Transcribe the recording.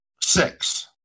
Six